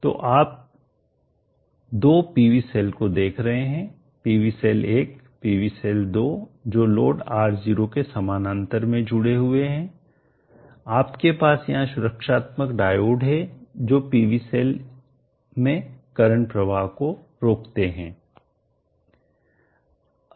तो यहाँ आप दो PV सेल को देख रहे हैं PV सेल 1 PV सेल 2 जो लोड R0 के साथ समानांतर में जुड़े हुए है आपके पास यहाँ सुरक्षात्मक डायोड हैं जो PV सेल में करंट प्रवाह को रोकते हैं